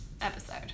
episode